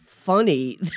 funny